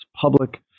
public